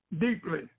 deeply